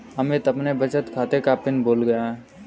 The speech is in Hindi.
अमित अपने बचत खाते का पिन भूल गया है